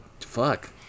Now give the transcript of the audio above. Fuck